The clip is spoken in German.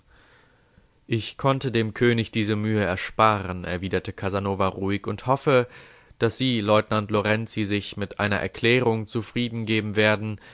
ich konnte dem könig diese mühe ersparen erwiderte casanova ruhig und hoffe daß sie leutnant lorenzi sich mit einer erklärung zufrieden geben werden